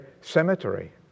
cemetery